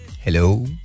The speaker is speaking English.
Hello